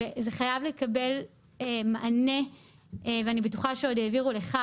זה חייב לקבל מענה ואני בטוחה שהעבירו לך,